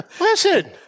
Listen